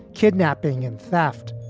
kidnapping and theft